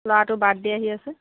ল'ৰাটোৰ বাৰ্থডে আহি আছে